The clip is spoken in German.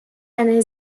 eine